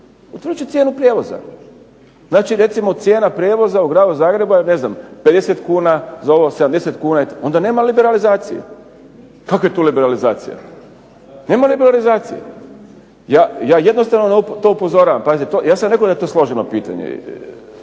će cijenu prijevoza, znači recimo cijena prijevoza u Gradu Zagrebu ne znam 50 kuna, za ovo 70 kuna, onda nema liberalizacije. Kakva je tu liberalizacija. Nema liberalizacije. Ja jednostavno to upozoravam. Pazi ja sam rekao da je to složeno pitanje,